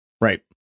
Right